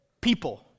people